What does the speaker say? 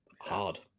hard